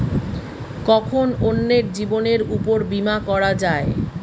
কখন অন্যের জীবনের উপর বীমা করা যায়?